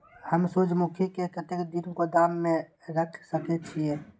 हम सूर्यमुखी के कतेक दिन गोदाम में रख सके छिए?